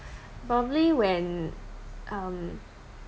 probably when um